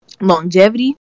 Longevity